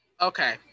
Okay